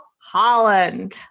Holland